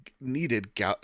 needed